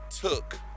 took